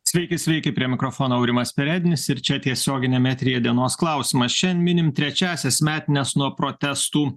sveiki sveiki prie mikrofono aurimas perednis ir čia tiesioginiame eteryje dienos klausimas šian minim trečiąsias metines nuo protestų